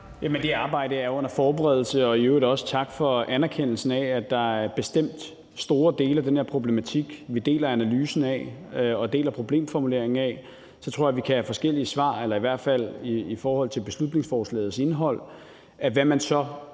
det arbejde er under forberedelse. I øvrigt tak for anerkendelsen af, at der bestemt er store dele af den her problematik, vi deler analysen af og deler problemformuleringen af. Jeg tror så, vi kan have forskellige svar, i hvert fald i forhold til beslutningsforslagets indhold, på, hvad man så